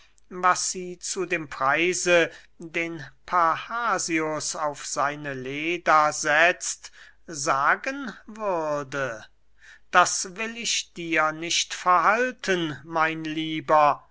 was sie zu dem preise den parrhasius auf seine leda setzt sagen würde das will ich dir nicht verhalten mein lieber